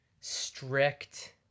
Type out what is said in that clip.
strict